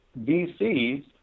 VCs